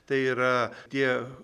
tai yra tie